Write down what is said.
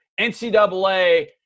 NCAA